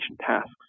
tasks